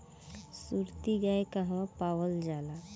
सुरती गाय कहवा पावल जाला?